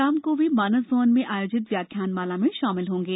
शाम को वे मानस भवन में आयोजित व्याख्यानमाला में शामिल होंगे